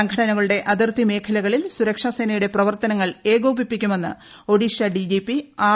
സംഘടനകളുടെ അതിർത്തി മേഖലകളിൽ സുരക്ഷാസേനയുടെ പ്രവർത്തനങ്ങൾ ഏകോപിപ്പിക്കുമെന്ന് ഒഡീഷ ഡിജിപി ആർ